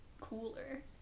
cooler